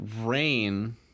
rain